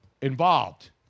involved